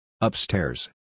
Upstairs